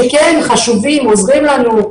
שכן חשובים ועוזרים לנו,